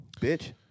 bitch